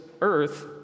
earth